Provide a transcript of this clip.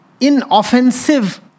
inoffensive